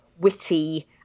witty